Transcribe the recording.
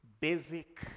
basic